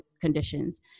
conditions